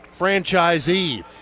franchisee